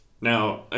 now